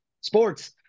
sports